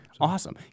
Awesome